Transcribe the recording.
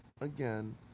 again